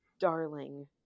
darling